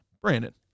Brandon